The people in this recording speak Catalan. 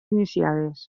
iniciades